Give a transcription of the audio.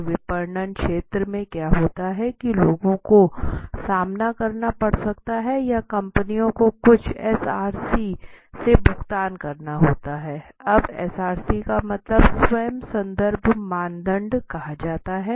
तो विपणन क्षेत्र में क्या होता है कि लोगों को सामना करना पड़ सकता या कंपनियों को कुछ SRC से भुगतान करना होता है अब SRC का मतलब स्वयं संदर्भ मानदंड कहा जाता है